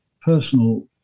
personal